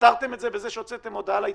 פתרתם את זה בזה שהוצאתם הודעה לעיתונות.